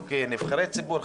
נבחרי הציבור,